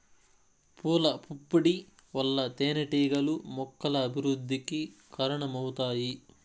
పూల పుప్పొడి వల్ల తేనెటీగలు మొక్కల అభివృద్ధికి కారణమవుతాయి